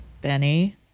Benny